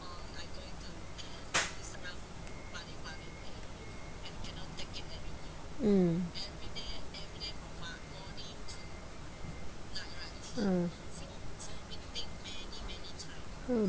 mm mm mm